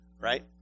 Right